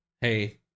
Hey